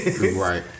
Right